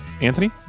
Anthony